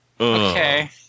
Okay